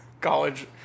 college